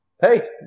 hey